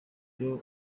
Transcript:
byo